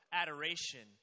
adoration